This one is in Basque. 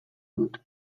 dut